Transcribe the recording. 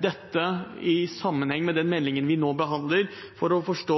dette i sammenheng med den meldingen vi nå behandler, for å forstå